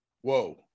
whoa